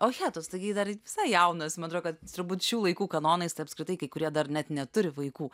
o jetus taigi dar visai jaunas man atrodo kad turbūt šių laikų kanonais tai apskritai kai kurie dar net neturi vaikų